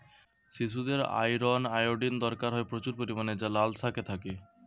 শিশুদের iron, iodine দরকার হয় প্রচুর পরিমাণে যা লাল শাকে থাকে